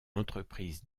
entreprise